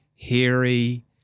hairy